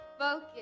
Focus